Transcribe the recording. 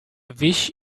wish